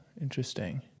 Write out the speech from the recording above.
Interesting